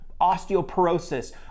osteoporosis